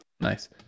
Nice